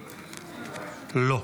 לא.